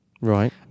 Right